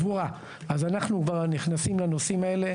אנחנו כבר נכנסים לנושאים האלה.